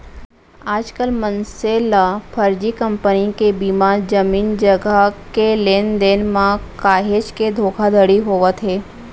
आजकल मनसे ल फरजी कंपनी के बीमा, जमीन जघा के लेन देन म काहेच के धोखाघड़ी होवत हे